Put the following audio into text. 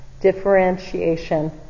Differentiation